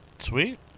Sweet